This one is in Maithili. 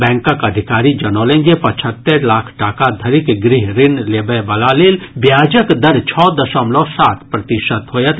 बैंकक अधिकारी जनौलनि जे पचहत्तरि लाख टाका धरिक गृह ऋण लेबयवला लेल ब्याजक दर छओ दशमलव सात प्रतिशत होयत